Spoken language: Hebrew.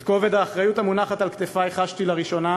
את כובד האחריות המונחת על כתפי חשתי לראשונה